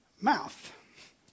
mouth